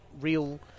real